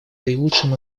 наилучшим